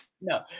no